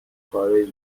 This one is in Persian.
خارج